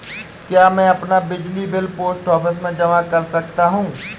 क्या मैं अपना बिजली बिल पोस्ट ऑफिस में जमा कर सकता हूँ?